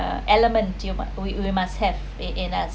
uh element you mu~ we we must have in in us